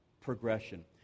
progression